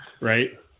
Right